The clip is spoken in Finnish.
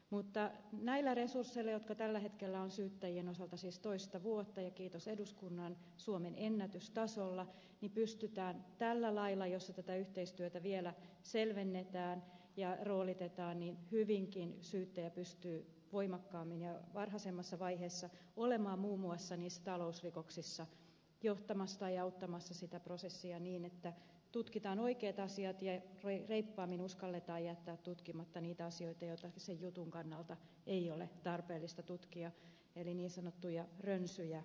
mutta näillä resursseilla jotka tällä hetkellä ovat syyttäjien osalta siis toista vuotta ja kiitos eduskunnan suomen ennätystasolla syyttäjä pystyy tällä lailla jossa tätä yhteistyötä vielä selvennetään ja roolitetaan hyvinkin voimakkaammin ja varhaisemmassa vaiheessa olemaan muun muassa niissä talousrikoksissa johtamassa tai auttamassa sitä prosessia niin että tutkitaan oikeat asiat ja reippaammin uskalletaan jättää tutkimatta niitä asioita joita sen jutun kannalta ei ole tarpeellista tutkia eli niin sanottuja rönsyjä katkaista